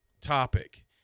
topic